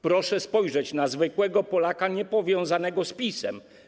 Proszę spojrzeć na zwykłego Polaka niepowiązanego z PiS-em.